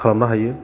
खालामनो हायो